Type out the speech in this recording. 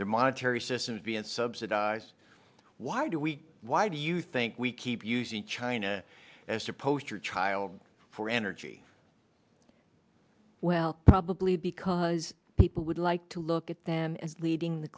their monetary system vs subsidize why do we why do you think we keep using china as a poster child for energy well probably because people would like to look at them and leading the